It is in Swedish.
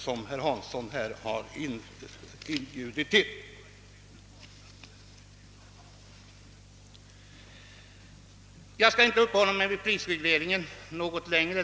Jag skall inte längre uppehålla mig vid prisregleringen.